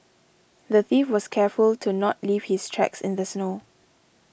the thief was careful to not leave his tracks in the snow